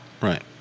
Right